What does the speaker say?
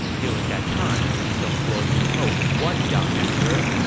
during that time, dong zhuo deposed one young emperor,